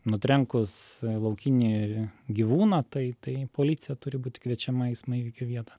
nutrenkus laukinį gyvūną tai tai policija turi būti kviečiama į eismo įvykio vietą